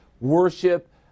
worship